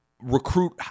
recruit